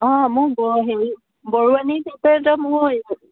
অঁ মোৰ হেৰি বৰুৱাণী